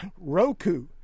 Roku